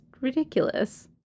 ridiculous